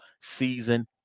season